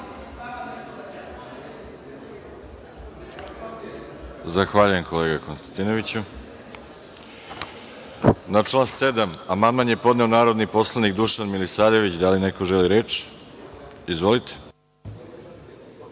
Zahvaljujem kolega Konstantinoviću. Na član 7. amandman je podneo narodni poslanik Dušan Milisavljević. Da li neko želi reč? (Da)